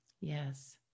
Yes